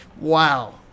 Wow